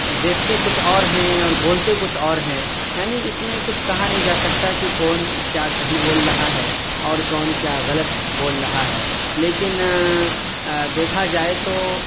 دیکھتے کچھ اور ہیں اور بولتے کچھ اور ہیں یعنی اس میں کچھ کہا نہیں جا سکتا کہ کون کیا صحیح بول رہا ہے اور کون کیا غلط بول رہا ہے لیکن دیکھا جائے تو